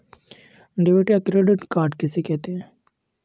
Debit या credit card किसे कहते हैं?